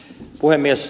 puhemies